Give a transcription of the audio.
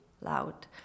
loud